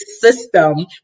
system